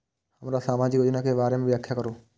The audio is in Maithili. हमरा सामाजिक योजना के बारे में व्याख्या करु?